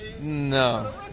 No